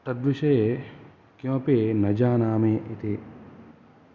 तद्विषये किमपि न जानामि इति